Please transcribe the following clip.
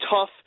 tough